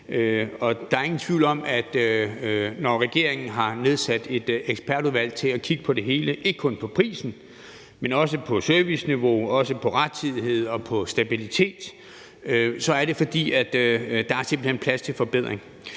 der er ingen tvivl om, at når regeringen har nedsat et ekspertudvalg til at kigge på det hele – ikke kun på prisen, men også på serviceniveauet og på rettidigheden og på stabiliteten – så er det, fordi der simpelt hen er plads til forbedring.